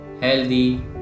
healthy